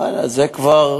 וזה כבר,